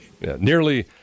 Nearly